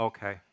Okay